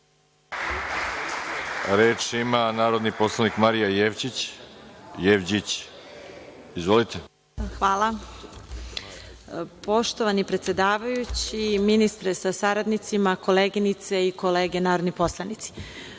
Reč ima narodni poslanik Marija Jevđić. **Marija Jevđić** Hvala. Poštovani predsedavajući, ministre sa saradnicima, koleginice i kolege narodni poslanici,